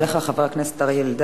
תודה רבה לך, חבר הכנסת אריה אלדד.